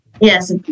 Yes